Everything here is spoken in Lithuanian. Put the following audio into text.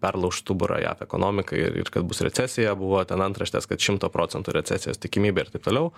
perlauš stuburą jav ekonomikai ir kad bus recesija buvo ten antraštės kad šimto procentų recesijos tikimybė ir taip toliau